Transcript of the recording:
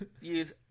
use